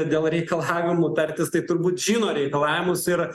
dėl reikalavimų tartis tai turbūt žino reikalavimus ir